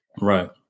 right